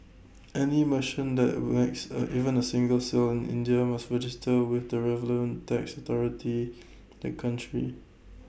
any merchant that makes A even A single sale in India must register with the relevant tax authority the country